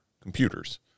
computers